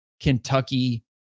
Kentucky